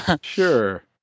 Sure